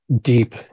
deep